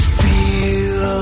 feel